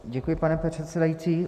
Děkuji, pane předsedající.